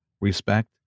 respect